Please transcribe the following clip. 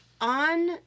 on